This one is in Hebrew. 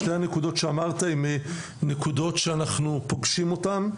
שתי הנקודות שאמרת הן נקודות שאנחנו פוגשים אותן,